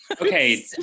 Okay